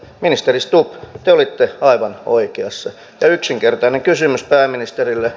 ministeri stubb te olitte aivan oikeassa ja yksinkertainen kysymys pääministerille